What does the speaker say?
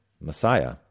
Messiah